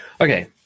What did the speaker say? Okay